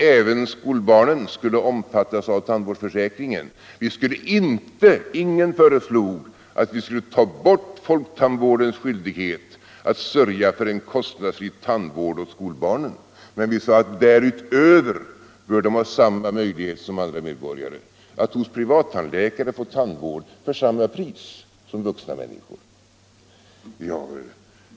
Även skolbarnen skulle omfattas av tandvårdsförsäkringen. Ingen föreslog att man skulle ta bort folktandvårdens skyldighet att sörja för en kostnadsfri tandvård åt skolbarnen. Men vi sade att därutöver bör de ha samma möjlighet som andra medborgare att hos privat tandläkare få tandvård för samma pris som vuxna människor.